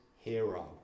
hero